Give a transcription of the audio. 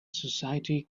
society